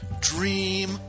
Dream